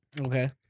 Okay